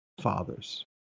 fathers